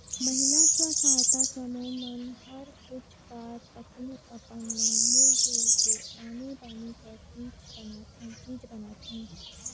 महिला स्व सहायता समूह मन हर कुछ काछ अपने अपन मन मिल जुल के आनी बानी कर चीज बनाथे